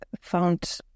found